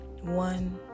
one